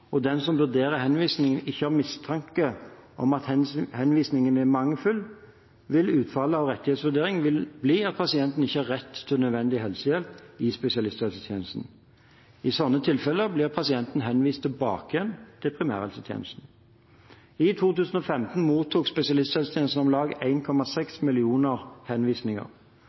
og den som vurderer henvisningen ikke har mistanke om at henvisningen er mangelfull, vil utfallet av rettighetsvurderingen bli at pasienten ikke har rett til nødvendig helsehjelp i spesialisthelsetjenesten. I slike tilfeller blir pasienten henvist tilbake til primærhelsetjenesten. I 2015 mottok spesialisthelsetjenesten om lag 1,6 millioner henvisninger.